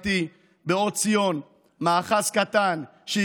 סיעת הציונות הדתית.